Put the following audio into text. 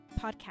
Podcast